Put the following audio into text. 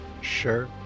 Sure